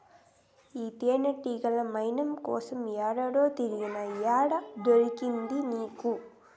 ఈ తేనెతీగల మైనం కోసం ఏడేడో తిరిగినా, ఏడ దొరికింది నీకు